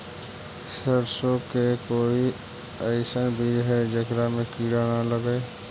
सरसों के कोई एइसन बिज है जेकरा में किड़ा न लगे?